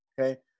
Okay